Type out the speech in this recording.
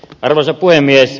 arvoisa puhemies